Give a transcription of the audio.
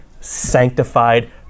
sanctified